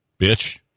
Bitch